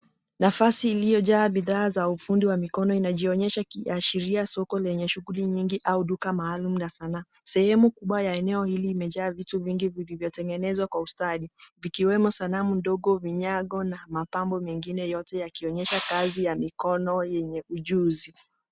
Nafasi iliyojaa bidhaa za ufundi wa mikono inajionyesha ikiashiria soko lenye shughuli nyingi au duka maalum la sanaa. Sehemu kubwa ya eneo hili imejaa vitu vingi vilivyotengenezwa kwa ustadi vikiwemo sanamu ndogo, vinyago na mapambo mengine yote yakionyesha kazi ya mikono yenye ujuzi.